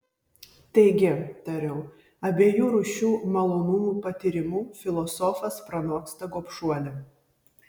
taigi tariau abiejų rūšių malonumų patyrimu filosofas pranoksta gobšuolį